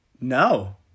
No